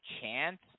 chance